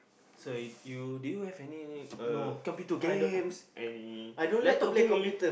so you do you have any uh computer games any laptop games